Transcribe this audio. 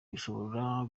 bishobora